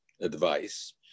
advice